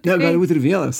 ne gali būti ir vienas